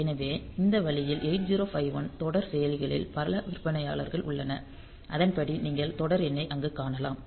எனவே இந்த வழியில் 8051 தொடர் செயலிகளில் பல விற்பனையாளர்கள் உள்ளனர் அதன்படி நீங்கள் தொடர் எண்ணை அங்கு காணலாம்